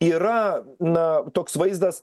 yra na toks vaizdas